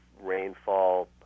rainfall